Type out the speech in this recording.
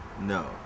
No